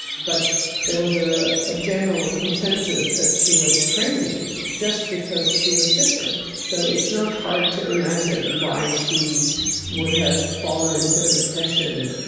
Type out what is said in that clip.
but there was ah a general consensus that she was crazy just because she was different. so it's not hard to imagine why she would have fallen into a depression.